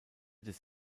des